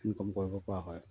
income কৰিব পৰা হয়